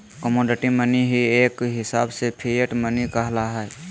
commodity money ही एक हिसाब से फिएट मनी कहला हय